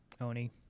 Oni